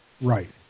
right